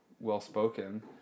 well-spoken